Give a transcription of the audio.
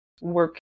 work